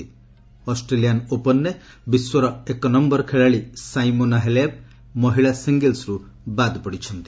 Australian ଓପନ୍ରେ ବିଶ୍ୱର ଏକ ନୟର ଖେଳାଳି ସାଇମୋନା ହାଲେପ୍ ମହିଳା ସିଙ୍ଗଲ୍ସ୍ରୁ ବାଦ୍ ପଡ଼ିଛନ୍ତି